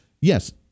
yes